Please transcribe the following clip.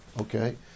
Okay